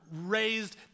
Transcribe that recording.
raised